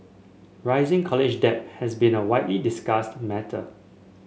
rising college debt has been a widely discussed matter